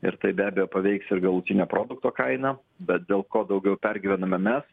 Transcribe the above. ir tai be abejo paveiks ir galutinę produkto kainą bet dėl ko daugiau pergyvename mes